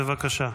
בבקשה.